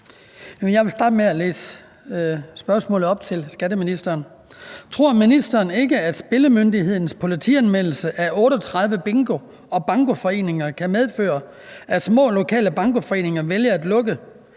Jeg vil starte med at læse spørgsmålet til skatteministeren op: Tror ministeren ikke, at Spillemyndighedens politianmeldelse af 38 bingo- og bankoforeninger kan medføre, at små lokale bankoforeninger vælger at lukke,